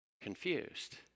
confused